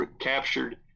captured